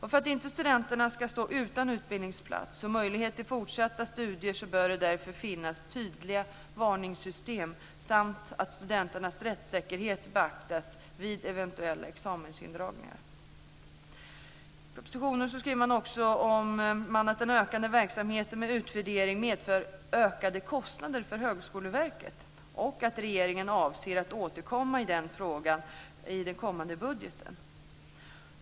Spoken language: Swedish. För att inte studenterna ska stå utan utbildningsplats och möjlighet till fortsatta studier bör det därför finnas tydliga varningssystem, och studenternas rättssäkerhet ska beaktas vid eventuella examensindragningar. I propositionen skriver man att den ökade verksamheten med utvärdering medför ökade kostnader för Högskoleverket och att regeringen avser att återkomma i den frågan i den kommande budgeten.